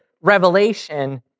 revelation